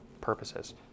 purposes